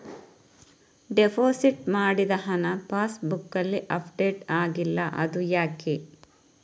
Deposit ಮಾಡಿದ ಹಣ ಪಾಸ್ ಬುಕ್ನಲ್ಲಿ ಅಪ್ಡೇಟ್ ಆಗಿಲ್ಲ ಅದು ಯಾಕೆ?